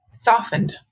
softened